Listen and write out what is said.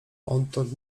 odtąd